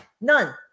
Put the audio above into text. None